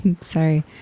sorry